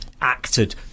acted